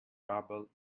garbled